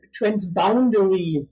transboundary